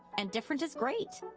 and different is great.